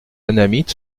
annamite